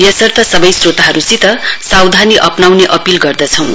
यसर्थ सबै स्रोतावर्गसित सावधानी अपनाउने अपील गर्दछौं